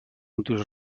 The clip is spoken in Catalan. motius